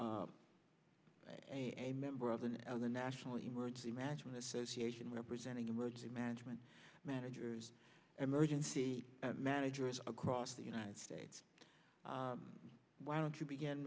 also a member of the now the national emergency management association representing emergency management managers and their agency managers across the united states why don't you begin